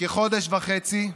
כחודש וחצי,